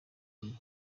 iyi